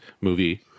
movie